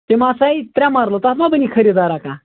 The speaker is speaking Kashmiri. تِم آسےَ ترٛےٚ مرلہٕ تَتھ ما بَنی خٔریٖدارا کانٛہہ